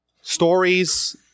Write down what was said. stories